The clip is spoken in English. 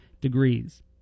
degrees